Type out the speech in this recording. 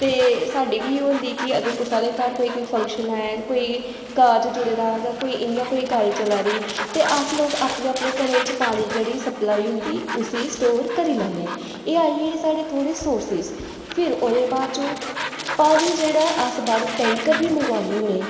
ते साढ़ी बी इ'यो होंदी कि अगर कुसै दे घर कोई बी फंक्शन ऐ कोई कारज जुड़े दा जां कोई इ'यां कोई गल्ल चलै दी ता अस लोक अपने अपने घरें च पानी दी जेह्ड़ी सप्लाई होंदी उसी स्टोर करी लैन्ने एह् आई एई साढ़े थोह्ड़े सोर्स फिर ओह्दे बाद चूं पानी जेह्ड़ा ऐ अस बाह्रूं टैंकर बी मगवान्ने होन्ने